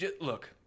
look